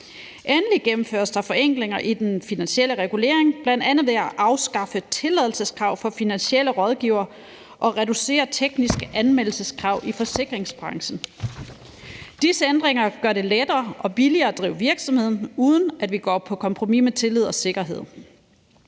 Endelig gennemføres der forenklinger i den finansielle regulering, bl.a. ved at afskaffe tilladelseskrav for finansielle rådgivere og reducere tekniske anmeldelseskrav i forsikringsbranchen. Disse ændringer gør det lettere og billigere at drive virksomhed, uden at vi går på kompromis med tillid og sikkerhed.